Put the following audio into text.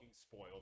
spoiled